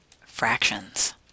fractions